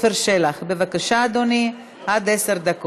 לא אושרה.